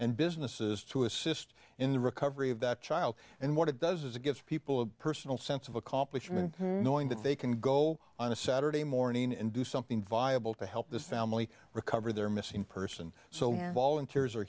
and businesses to assist in the recovery of that child and what it does is it gives people a personal sense of accomplishment knowing that they can go on a saturday morning and do something viable to help this family recover their missing person so now volunteers are